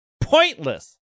Pointless